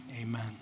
amen